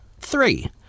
Three